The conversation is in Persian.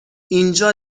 اینجا